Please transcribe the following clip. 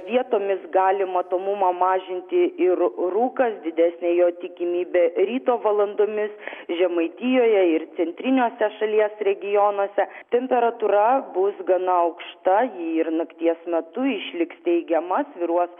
vietomis gali matomumą mažinti ir rūkas didesnė jo tikimybė ryto valandomis žemaitijoje ir centriniuose šalies regionuose temperatūra bus gana aukšta ji ir nakties metu išliks teigiama svyruos